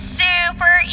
super